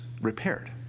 repaired